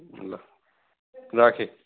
ल राखेँ